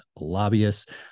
lobbyists